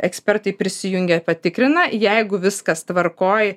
ekspertai prisijungę patikrina jeigu viskas tvarkoj